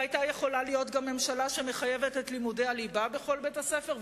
והיתה יכולה להיות גם ממשלה שמחייבת את לימודי הליבה בכל בתי-הספר,